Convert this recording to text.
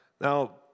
Now